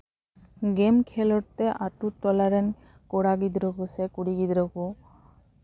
ᱜᱮᱢ ᱠᱷᱮᱞᱳᱰ ᱫᱚ ᱟᱛᱳ ᱴᱚᱞᱟ ᱨᱮᱱ ᱠᱚᱲᱟ ᱜᱤᱫᱽᱨᱟᱹᱠᱚᱥᱮ ᱠᱩᱲᱤ ᱜᱤᱫᱽᱨᱟᱹ ᱠᱚ